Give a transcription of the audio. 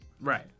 Right